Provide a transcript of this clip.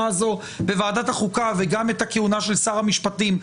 הזו בוועדת החוקה וגם את הכהונה של שר המשפטים.